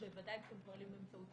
בוודאי כשהם פועלים באמצעות